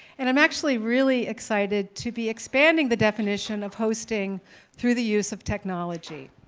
and i'm actually really excited to be expanding the definition of hosting through the use of technology.